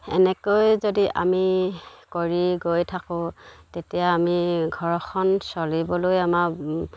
এনেকৈ যদি আমি কৰি গৈ থাকোঁ তেতিয়া আমি ঘৰখন চলিবলৈ আমাৰ